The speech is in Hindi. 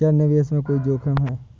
क्या निवेश में कोई जोखिम है?